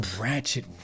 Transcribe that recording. ratchet